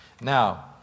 Now